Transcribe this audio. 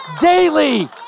daily